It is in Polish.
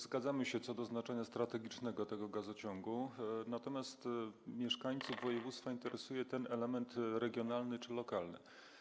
Zgadzamy się co do znaczenia strategicznego tego gazociągu, natomiast mieszkańców województwa interesuje ten element regionalny czy lokalny.